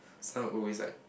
so I will always like